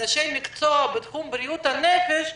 אנשי המקצוע בתחום בריאות הנפש,